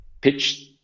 pitch